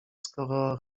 skoro